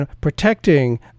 protecting